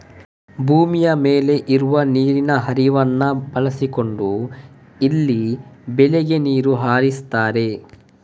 ಭೂಮಿಯ ಮೇಲೆ ಇರುವ ನೀರಿನ ಹರಿವನ್ನ ಬಳಸಿಕೊಂಡು ಇಲ್ಲಿ ಬೆಳೆಗೆ ನೀರು ಹರಿಸ್ತಾರೆ